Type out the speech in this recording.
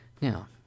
Now